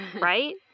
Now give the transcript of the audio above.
right